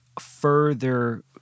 Further